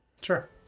sure